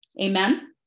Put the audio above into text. Amen